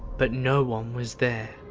but no one was there.